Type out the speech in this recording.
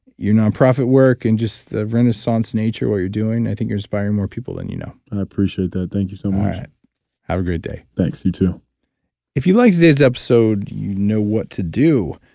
your nonprofit work, and just the renaissance nature of what you're doing. i think you're inspiring more people than you know and i appreciate that. thank you so much have a great day thanks. you too if you like today's episode, you know what to do.